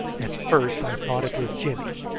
at first i thought it was jimmy,